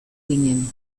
ginen